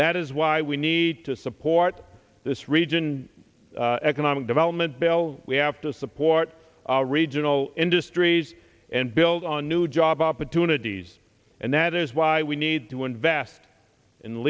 that is why we need to support this region economic development bill we have to support our regional industries and build on new job opportunities and that is why we need to invest in